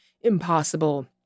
impossible